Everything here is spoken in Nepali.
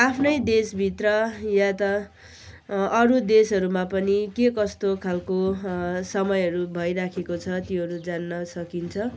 आफ्नै देशभित्र या त अरू देशहरूमा पनि के कस्तो खालको समयहरू भइराखेको छ त्योहरू जान्न सकिन्छ